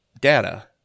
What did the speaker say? data